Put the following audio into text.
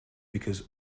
because